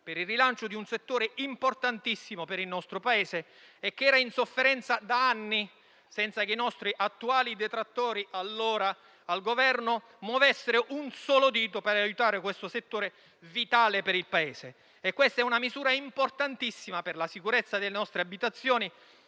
per il rilancio di un settore importantissimo per il nostro Paese, che era in sofferenza da anni, senza che i nostri attuali detrattori, allora al Governo, muovessero un solo dito per aiutare questo settore vitale per il Paese. Si tratta di una misura importantissima per la sicurezza delle nostre abitazioni